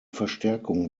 verstärkung